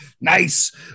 nice